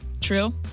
True